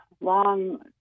long